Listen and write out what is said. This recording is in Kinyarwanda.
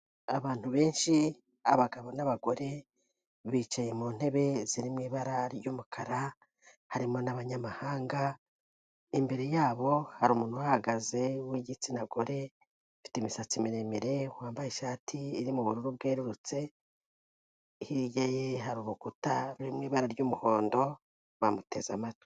Abantu benshi, abagabo n'abagore bicaye mu ntebe ziri mu ibara ry'umukara harimo n'abanyamahanga, imbere yabo hari umuntu uhahagaze w'igitsina gore, ufite imisatsi miremire, wambaye ishati iri mu bururu bwerurutse, hirya ye hari urukuta ruri mu ibara ry'umuhondo, bamuteze amatwi.